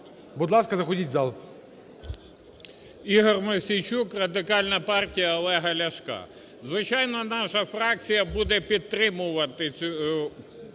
Будь ласка, заходіть в зал.